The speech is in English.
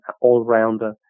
all-rounder